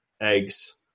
eggs